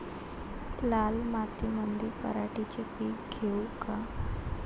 लाल मातीमंदी पराटीचे पीक घेऊ का?